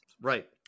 Right